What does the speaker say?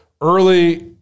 early